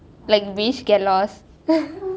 like miss get lost